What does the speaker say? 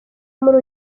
muri